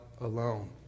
alone